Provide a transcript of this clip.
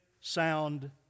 sound